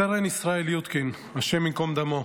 סרן ישראל יודקין, השם ייקום דמו,